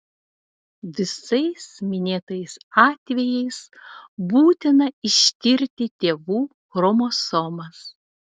visais minėtais atvejais būtina ištirti tėvų chromosomas